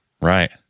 Right